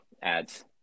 ads